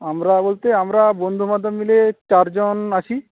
আমরা বলতে আমরা বন্ধুবান্ধব মিলে চারজন আছি